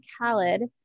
Khaled